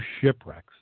shipwrecks